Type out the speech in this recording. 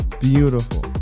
Beautiful